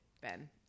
Ben